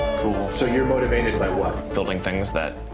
cool. so you're motivated by what? building things that,